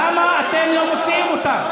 למה אתם לא מוציאים אותם?